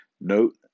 Note